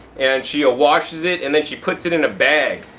and she washes it and then she puts it in a bag.